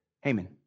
Haman